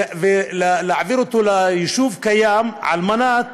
להעביר אותו ליישוב קיים, על מנת